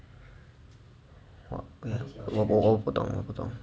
我我我不懂我不懂